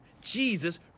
Jesus